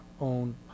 own